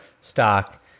stock